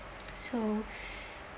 so